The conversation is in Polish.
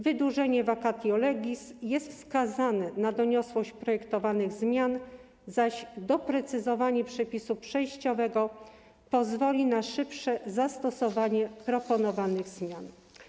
Wydłużenie vacatio legis jest wskazane ze względu na doniosłość projektowanych zmian, zaś doprecyzowanie przepisu przejściowego pozwoli na szybsze zastosowanie proponowanych zmian.